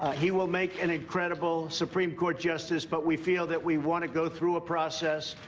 he will make an incredible supreme court justice, but we feel that we want to go through a process.